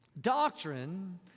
Doctrine